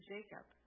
Jacob